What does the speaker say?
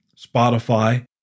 Spotify